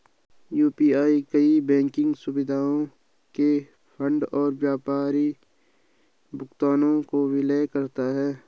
UPI कई banking सुविधाओं के फंड और व्यापारी भुगतानों को विलय करता है